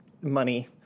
money